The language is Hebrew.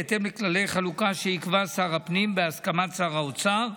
בהתאם לכללי חלוקה שיקבע שר הפנים בהסכמת שר האוצר,